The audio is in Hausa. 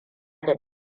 da